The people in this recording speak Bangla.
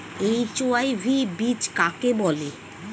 এইচ.ওয়াই.ভি বীজ কাকে বলে?